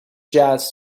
jazz